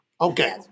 Okay